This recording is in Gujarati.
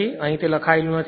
તેથી અહીં તે લખાયેલું છે